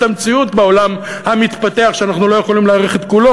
המציאות בעולם המתפתח שאנחנו לא יכולים להעריך את כולו,